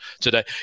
today